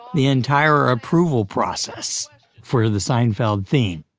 the entire approval process for the seinfeld theme